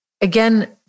again